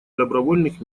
добровольных